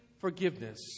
forgiveness